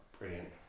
Brilliant